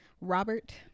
robert